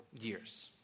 Years